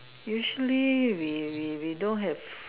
usually we we we don't have